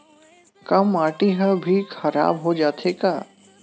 का माटी ह भी खराब हो जाथे का?